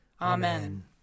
Amen